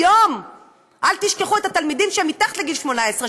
היום אל תשכחו את התלמידים שהם מתחת לגיל 18,